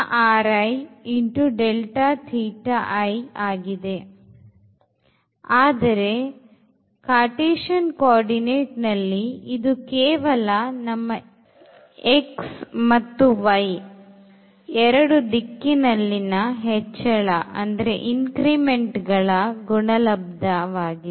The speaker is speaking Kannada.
ಆದರೆ ಕಾರ್ಟೀಸಿಯನ್ coordinateನಲ್ಲಿ ಇದು ಕೇವಲ ನಮ್ಮ x ಮತ್ತು y ಎರಡು ದಿಕ್ಕಿನಲ್ಲಿನ ಹೆಚ್ಚಳಗಳ ಗುಣಲಬ್ಧವಾಗಿದೆ